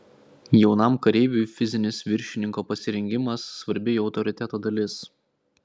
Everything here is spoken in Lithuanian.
jaunam kareiviui fizinis viršininko pasirengimas svarbi jo autoriteto dalis